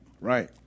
Right